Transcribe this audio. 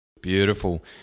Beautiful